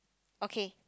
okay